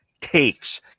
takes